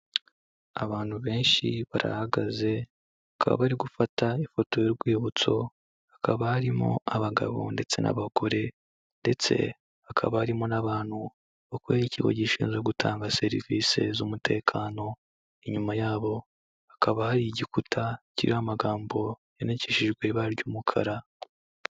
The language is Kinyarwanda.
Abantu benshi barahagaze bakaba bari gufata ifoto y'urwibutso, hakaba harimo abagabo ndetse n'abagore ndetse hakaba harimo n'abantu bakorera ikigo gishinzwe gutanga serivisi z'umutekano, inyuma yabo hakaba hari igikuta kiriho amagambo yandikishijwe ibara ry'umukara.